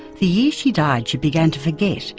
the year she died she began to forget,